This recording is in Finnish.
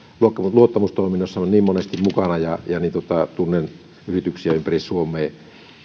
luottamustoiminnassa niin monesti mukana ja tunnen yrityksiä ympäri suomea